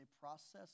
process